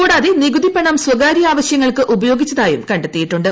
കൂടാതെ നികുതിപ്പണം സ്വകാര്യ ആവശ്യങ്ങൾക്ക് ഉപയോഗിച്ചതായും കണ്ടെത്തിയിട്ടുണ്ട്